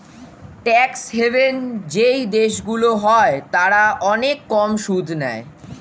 tax haven যেই দেশগুলো হয় তারা অনেক কম সুদ নেয়